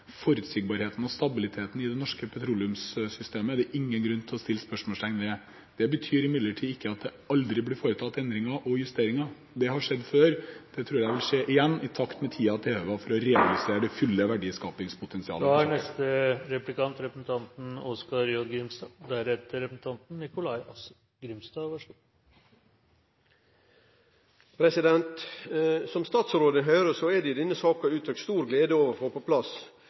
forutsigbarheten og stabiliteten i det norske petroleumssystemet er det ingen grunn til å sette spørsmålstegn ved. Det betyr imidlertid ikke at det aldri blir foretatt endringer og justeringer. Det har skjedd før, det tror jeg vil skje igjen, i takt med tiden for å realisere det fulle verdiskapingspotensialet. Som statsråden høyrer, er det uttrykt stor glede over å få på plass denne saka – om enn noko på overtid. Dette kjempeprosjektet er